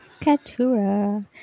Katura